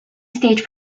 stage